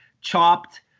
Chopped